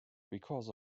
because